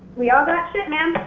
we all got shit, man.